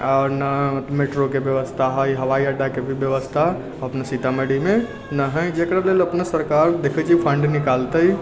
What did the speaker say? आ ना मेट्रोके व्यवस्था हइ हवाई अड्डाके भी व्यवस्था अपना सीतामढ़ीमे ना हइ जकरा लेल अपना सरकार देखैत छी फण्ड निकालतै